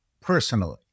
personally